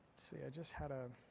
see. i just had a